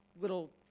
little